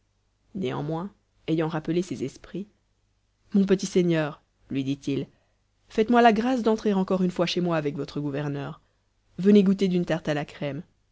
néanmoins ayant rappelé ses esprits mon petit seigneur lui dit-il faites-moi la grâce d'entrer encore une fois chez moi avec votre gouverneur venez goûter d'une tarte à la crème